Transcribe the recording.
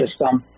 system